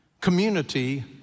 community